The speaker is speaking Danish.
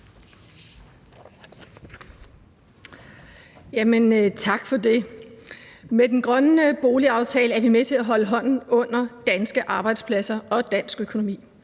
Tak for det. Med den grønne boligaftale er vi med til at holde hånden under danske arbejdspladser og dansk økonomi.